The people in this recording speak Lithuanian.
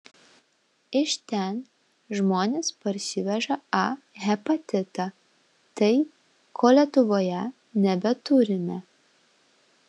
iš ten žmonės parsiveža a hepatitą tai ko lietuvoje nebeturime